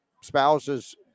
spouses